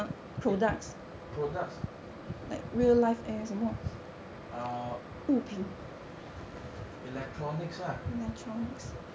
products ah electronics lah